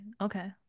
Okay